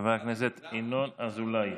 חבר הכנסת ינון אזולאי.